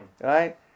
right